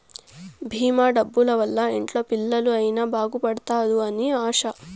భీమా డబ్బుల వల్ల ఇంట్లో పిల్లలు అయిన బాగుపడుతారు అని ఆశ